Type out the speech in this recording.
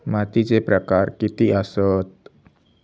मातीचे प्रकार किती आसत?